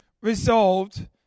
resolved